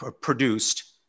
produced